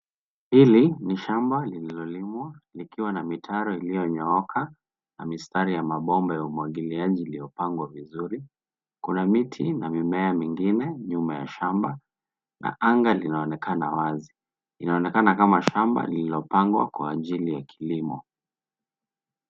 Hili ni shamba lililolimwa likiwa na mitaro iliyonyooka na mistari ya mabomba ya umwagiliaji iliyopangwa vizuri. Kuna miti na mimea mingine nyuma ya shamba na anga linaonekana wazi. Inaonekana kama shamba lililopangwa kwa ajili ya kilimo.